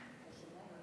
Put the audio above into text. לכן אני לא פונה